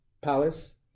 palace